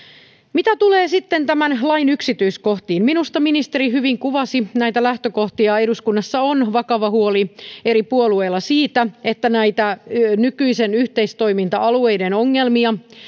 mitä tulee sitten tämän lain yksityiskohtiin minusta ministeri hyvin kuvasi näitä lähtökohtia eduskunnassa on vakava huoli eri puolueilla siitä että nykyisten yhteistoiminta alueiden ongelmia